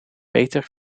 peter